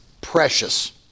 precious